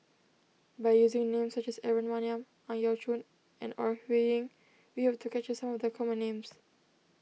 by using names such as Aaron Maniam Ang Yau Choon and Ore Huiying we hope to capture some of the common names